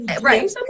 Right